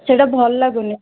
ସେଇଟା ଭଲ ଲାଗୁନି